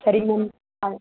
சரி மேம்